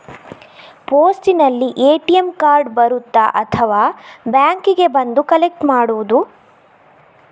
ಪೋಸ್ಟಿನಲ್ಲಿ ATM card ಬರುತ್ತಾ ಅಥವಾ ಬ್ಯಾಂಕಿಗೆ ಬಂದು ಕಲೆಕ್ಟ್ ಮಾಡುವುದು?